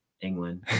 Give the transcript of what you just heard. england